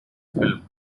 film